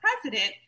president